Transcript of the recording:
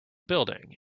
building